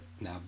Now